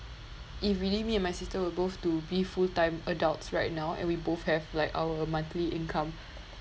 if really me and my sister were both to be full time adults right now and we both have like our monthly income